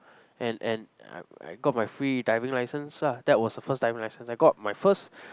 and and I I got my free diving license lah that was the first diving license I got my first